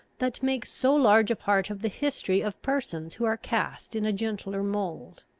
that make so large a part of the history of persons who are cast in a gentler mould.